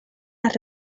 las